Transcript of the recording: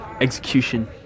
execution